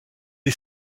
est